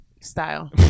style